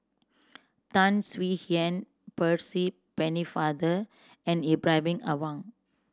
Tan Swie Hian Percy Pennefather and Ibrahim Awang